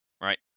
right